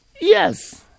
Yes